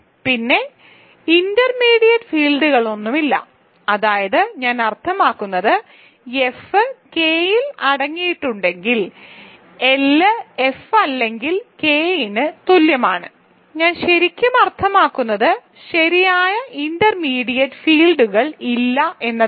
പിന്നെ ഇന്റർമീഡിയറ്റ് ഫീൽഡുകളൊന്നുമില്ല അതായത് ഞാൻ അർത്ഥമാക്കുന്നത് എഫ് കെയിൽ അടങ്ങിയിട്ടുണ്ടെങ്കിൽ എൽ എഫ് അല്ലെങ്കിൽ എൽ കെ ന് തുല്യമാണ് ഞാൻ ശരിക്കും അർത്ഥമാക്കുന്നത് ശരിയായ ഇന്റർമീഡിയറ്റ് ഫീൽഡുകൾ ഇല്ല എന്നതാണ്